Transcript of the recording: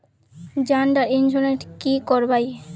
जान डार इंश्योरेंस की करवा ई?